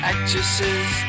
Actresses